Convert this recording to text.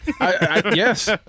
yes